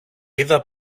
είδα